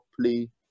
play